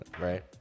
right